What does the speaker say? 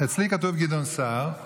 אצלי כתוב גדעון סער,